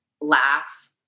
laugh